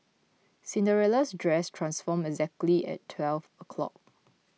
Cinderella's dress transformed exactly at twelve o'clock